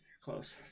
close